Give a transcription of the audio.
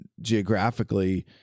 geographically